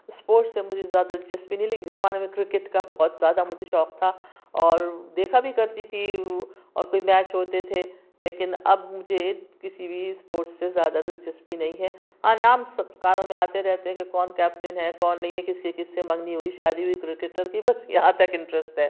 sports سے مجھے زیادہ دلچسپی نہیں لیکن ایک زمانے میں کرکٹ کا بہت زیادہ مجھے شوق تھا اور دیکھا بھی کرتی تھی اور کوئی میچ ہوتے تھے لیکن اب مجھے کسی بھی اسپورٹس سے زیادہ دلچسپی نہیں ہے ہاں نام کانوں میں آتے رہتے ہیں کہ کون کیپٹن ہے کون نہیں ہے کس کی کس سے منگنی ہوئی شادی ہوئی کرکٹر کی بس یہاں تک انٹرسٹ ہے